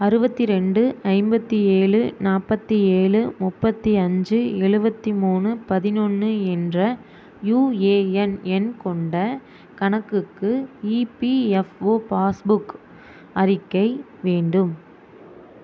அறுபத்திரெண்டு ஐம்பத்தி ஏழு நாற்பத்தி ஏழு முப்பத்தி அஞ்சு எழுபத்தி மூணு பதினொன்று என்ற யுஏஎன் எண் கொண்ட கணக்குக்கு இபிஎஃப்ஓ பாஸ்புக் அறிக்கை வேண்டும்